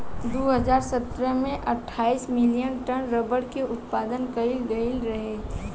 दू हज़ार सतरह में अठाईस मिलियन टन रबड़ के उत्पादन कईल गईल रहे